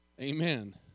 Amen